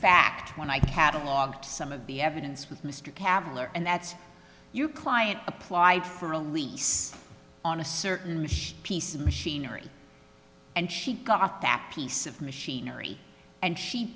fact when i catalogue some of the evidence with mr cavalier and that you client applied for a lease on a certain piece of machinery and she got that piece of machinery and she